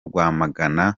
rwamagana